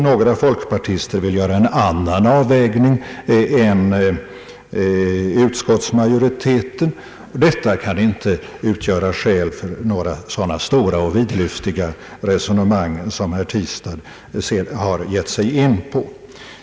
Några folkpartister vill göra en annan avvägning än utskottsmajoriteten. Detta kan inte utgöra skäl för några sådana stora och vidlyftiga resonemang som herr Tistad har gett sig in på.